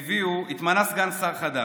התמנה סגן שר חדש,